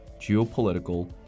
geopolitical